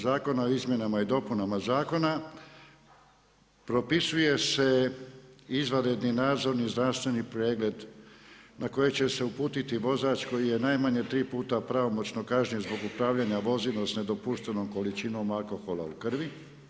Zakona o izmjenama i dopunama zakona propisuje se izvanredni nadzorni zdravstveni pregled na kojeg će se uputiti vozač koji je najmanje tri puta pravomoćno kažnjen zbog upravljanja vozilom s nedopuštenom količinom alkohola u krvi.